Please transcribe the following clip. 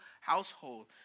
household